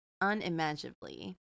unimaginably